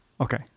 Okay